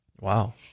Wow